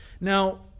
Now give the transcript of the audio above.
Now